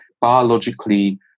biologically